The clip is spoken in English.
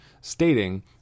Stating